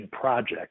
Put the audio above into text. project